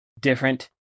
different